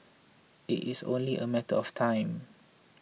it is only a matter of time